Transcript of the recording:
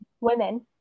women